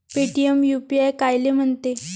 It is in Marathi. पेटीएम यू.पी.आय कायले म्हनते?